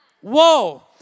Whoa